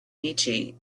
nietzsche